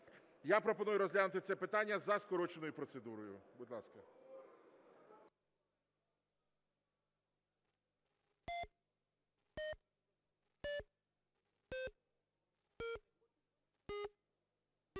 Я пропоную розглянути це питання за скороченою процедурою. Будь ласка.